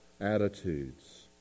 attitudes